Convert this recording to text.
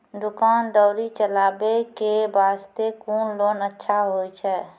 दुकान दौरी चलाबे के बास्ते कुन लोन अच्छा होय छै?